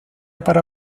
para